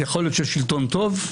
יכול להיות שיש שלטון טוב,